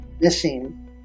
missing